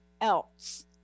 else